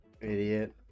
Idiot